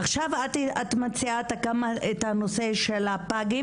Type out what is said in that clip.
עכשיו את מציעה את הנושא של הפגים.